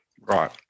Right